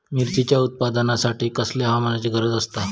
मिरचीच्या उत्पादनासाठी कसल्या हवामानाची गरज आसता?